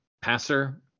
passer